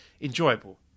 enjoyable